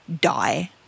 die